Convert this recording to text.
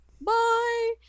Bye